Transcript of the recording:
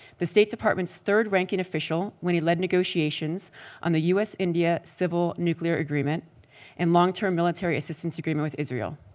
the state department's third ranking official when he led negotiations on the us-india civil nuclear agreement and long term military assistance agreement with israel,